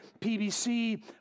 PBC